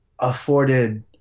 afforded